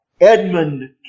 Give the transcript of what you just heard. Edmund